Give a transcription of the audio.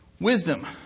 wisdom